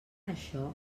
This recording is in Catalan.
això